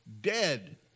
dead